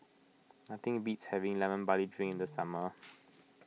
nothing beats having Lemon Barley Drink in the summer